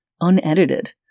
unedited